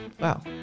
Wow